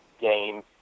game